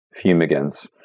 fumigants